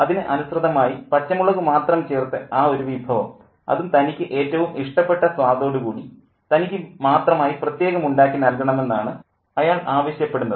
അതിന് അനുസൃതമായി പച്ചമുളകു മാത്രം ചേർത്ത് ആ ഒരു വിഭവം അതും തനിക്ക് ഏറ്റവും ഇഷ്ടപ്പെട്ട സ്വാദോടു കൂടി തനിക്കു മാത്രമായി പ്രത്യേകം ഉണ്ടാക്കി നൽകണമെന്നാണ് അയാൾ ആവശ്യപ്പെടുന്നത്